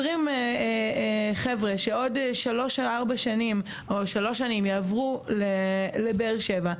20 חבר'ה שעוד שלוש או ארבע שנים יעברו לבאר שבע,